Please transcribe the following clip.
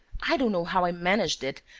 i don't know how i managed it,